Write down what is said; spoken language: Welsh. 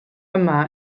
yma